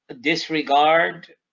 disregard